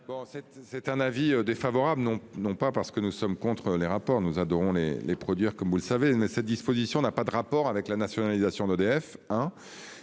C'est un avis défavorable. Non, non pas parce que nous sommes contre les rapports nous adorons les les produire comme vous le savez, cette disposition n'a pas de rapport avec la nationalisation d'EDF